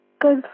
good